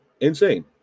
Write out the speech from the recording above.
Insane